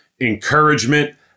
encouragement